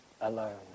alone